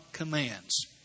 commands